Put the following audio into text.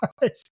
guys